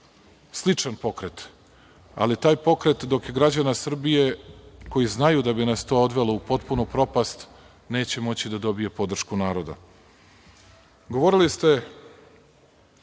sličan pokret, ali taj pokret, dok je građana Srbije koji znaju da bi nas to odvelo u propast, neće moći da dobije podršku naroda. Govorili ste